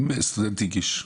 אם סטודנט הגיש,